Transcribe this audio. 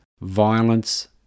violence